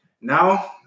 Now